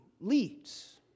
leads